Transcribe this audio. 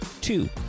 Two